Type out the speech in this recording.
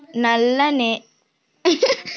నల్లరేగడి నేల లో ఏ ఏ పంట లు పండించచ్చు?